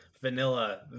vanilla